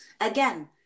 Again